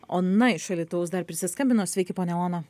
ona iš alytaus dar prisiskambino sveiki ponia ona